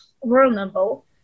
vulnerable